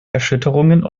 erschütterungen